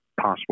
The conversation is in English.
possible